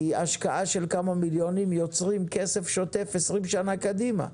כי בהשקעה של כמה מיליונים יוצרים כסף שוטף עשרים שנה קדימה.